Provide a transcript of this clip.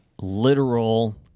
literal